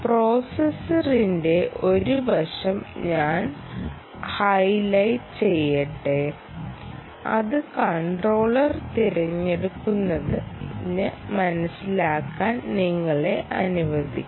പ്രോസസ്സറിന്റെ ഒരു വശം ഞാൻ ഹൈലൈറ്റ് ചെയ്യട്ടെ അത് കൺട്രോളർ തിരഞ്ഞെടുക്കുന്നത് മനസിലാക്കാൻ നിങ്ങളെ അനുവദിക്കും